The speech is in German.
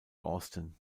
austin